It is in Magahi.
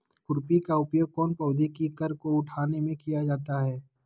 खुरपी का उपयोग कौन पौधे की कर को उठाने में किया जाता है?